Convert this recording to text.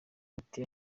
ati